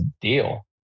Deal